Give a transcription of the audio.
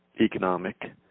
economic